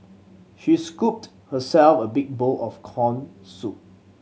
she scooped herself a big bowl of corn soup